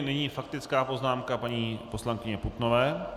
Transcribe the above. Nyní faktická poznámka paní poslankyně Putnové.